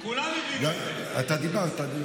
גם כתבתי לעודד, זה לא קשור לאתיקה.